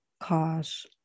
cause